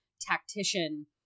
tactician